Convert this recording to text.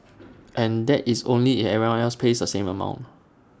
and that is only if everyone else pays the same amount